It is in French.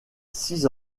six